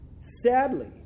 Sadly